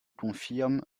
confirme